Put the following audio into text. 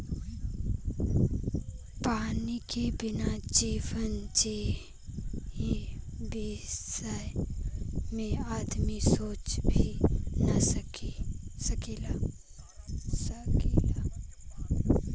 पानी के बिना जीवन जिए बिसय में आदमी सोच भी न सकेला